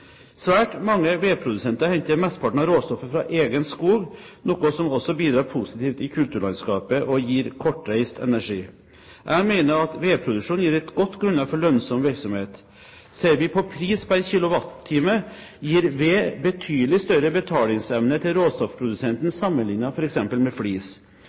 Svært mange vedprodusenter henter mesteparten av råstoffet fra egen skog, noe som også bidrar positivt i kulturlandskapet og gir kortreist energi. Jeg mener at vedproduksjon gir et godt grunnlag for lønnsom virksomhet. Ser vi på pris per kilowattime, gir ved betydelig større betalingsevne til råstoffprodusenten sammenlignet f.eks. med